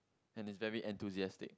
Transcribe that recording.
and he's very enthusiastic